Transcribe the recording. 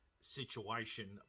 situation